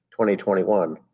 2021